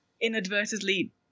inadvertently